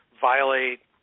violate